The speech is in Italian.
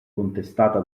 contestata